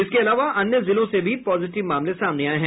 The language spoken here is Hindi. इसके अलावा अन्य जिलों से भी पॉजिटिव मामले सामने आये हैं